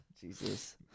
Jesus